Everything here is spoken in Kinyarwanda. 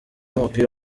w’umupira